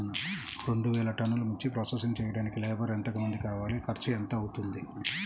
రెండు వేలు టన్నుల మిర్చి ప్రోసెసింగ్ చేయడానికి లేబర్ ఎంతమంది కావాలి, ఖర్చు ఎంత అవుతుంది?